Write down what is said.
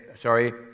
sorry